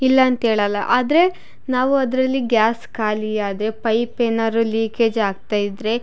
ಇಲ್ಲ ಅಂತೇಳಲ್ಲ ಆದರೆ ನಾವು ಅದರಲ್ಲಿ ಗ್ಯಾಸ್ ಖಾಲಿಯಾದರೆ ಪೈಪ್ ಏನಾದ್ರು ಲೀಕೇಜ್ ಆಗ್ತಾ ಇದ್ದರೆ